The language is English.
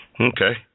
Okay